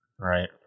Right